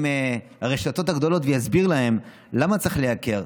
הרשתות הגדולות ואסביר להן למה צריך לייקר,